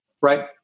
right